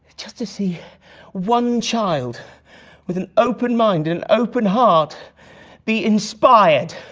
just to see one child with an open mind and open heart be inspired